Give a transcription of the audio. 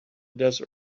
desert